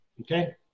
Okay